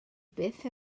byth